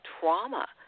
trauma